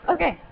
Okay